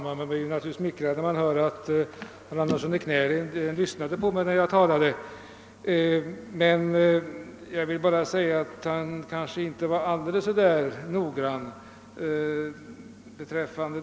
Herr talman! Jag är smickrad över att herr Andersson i Knäred lyssnade på mitt tidigare anförande, även om han kanske inte gjorde det så särskilt uppmärksamt på alla punkter.